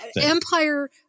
Empire